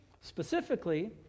Specifically